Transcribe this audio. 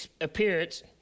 appearance